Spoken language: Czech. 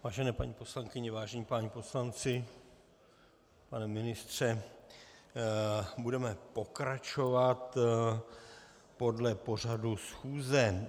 Vážené paní poslankyně, vážení páni poslanci, pane ministře, budeme pokračovat podle pořadu schůze.